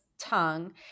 tongue